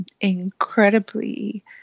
incredibly